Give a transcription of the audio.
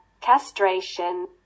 castration